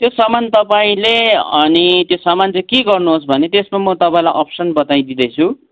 त्यो सामान तपाईँले अनि त्यो सामान चाहिँ के गर्नुहोस् भने त्यसमा म तपाईँलाई अप्सन बताइदिँदैछु